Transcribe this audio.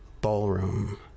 ballroom